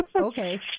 okay